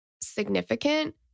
significant